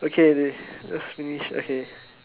okay these just finish okay